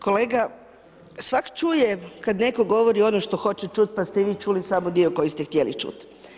Kolega, svak čuje kad netko govori ono što hoće čuti pa ste i vi čuli samo dio koji ste htjeli čuti.